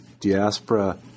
diaspora